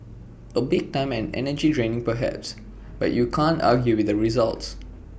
A bit time and energy draining perhaps but you can't argue with the results